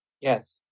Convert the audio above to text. Yes